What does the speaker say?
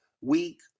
weak